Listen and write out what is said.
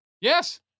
Yes